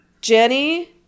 Jenny